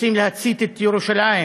שרוצים להצית את ירושלים,